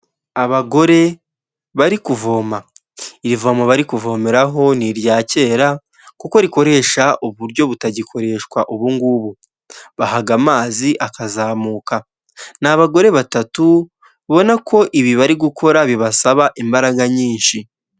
Abagore bari kuvoma, iri ivomo bari kuvomeho ni irya kera, kuko rikoresha uburyo butagikoreshwa ubungubu, bahaga amazi akazamuka, ni abagore batatu babona ko ibi bari gukora bibasaba imbaraga nyinshi.